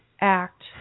act